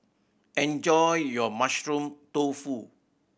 enjoy your Mushroom Tofu